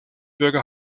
bürger